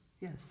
Yes